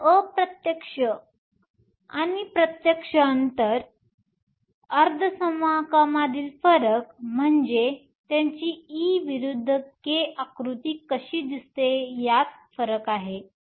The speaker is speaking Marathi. तर प्रत्यक्ष आणि अप्रत्यक्ष अंतर अर्धसंवाहकामधील फरक म्हणजे त्यांची e विरुद्ध k आकृती कशी दिसते यात फरक आहे